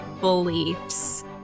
beliefs